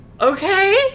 okay